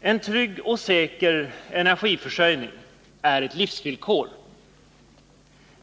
En trygg och säker energiförsörjning är ett livsvillkor.